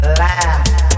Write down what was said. laugh